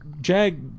Jag